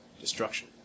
destruction